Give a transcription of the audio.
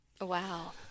Wow